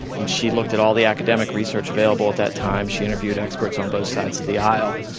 and she looked at all the academic research available at that time. she interviewed experts on both sides of the aisle.